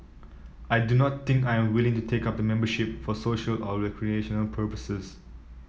I do not think I am willing to take up the membership for social or recreational purposes